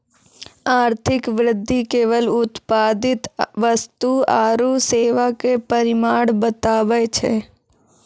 आर्थिक वृद्धि केवल उत्पादित वस्तु आरू सेवा के परिमाण बतबै छै